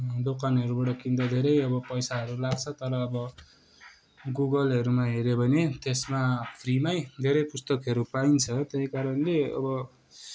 दोकानहरूबाट किन्दा धेरै अब पैसाहरू लाग्छ तर अब गुगलहरूमा हेऱ्यो भने त्यसमा फ्रीमै धेरै पुस्तकहरू पाइन्छ त्यही कारणले अब